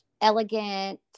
elegant